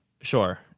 Sure